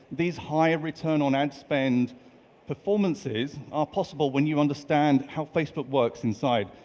these higher return on ad spend performances are possible when you understand how facebook works inside,